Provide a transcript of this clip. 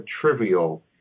trivial